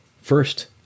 First